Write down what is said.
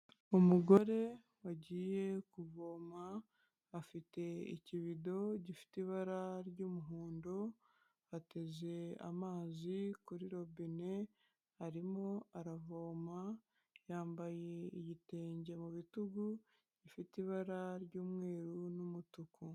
Umugore wagiye kuvoma afite ikibido gifite ibara ry'umuhondo ateze amazi kuri robine arimo aravoma yambaye igitenge mu bitugu gifite ibara ry'umweru n'umutuku.